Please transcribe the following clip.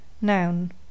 noun